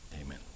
amen